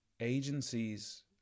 agencies